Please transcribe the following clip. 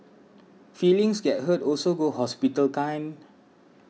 feelings get hurt also go hospital kind